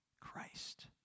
Christ